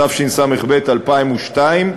התשס"ב 2002,